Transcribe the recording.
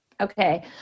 Okay